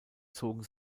zogen